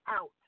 out